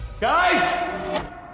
Guys